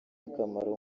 akamaro